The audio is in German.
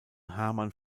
hermann